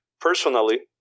Personally